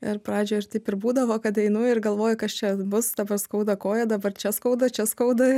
ir pradžioj taip ir būdavo kad einu ir galvoju kas čia bus dabar skauda koją dabar čia skauda čia skauda